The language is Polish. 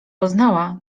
poznała